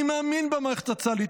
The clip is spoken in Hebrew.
אני מאמין במערכת הצה"לית,